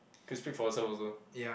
can speak for yourself also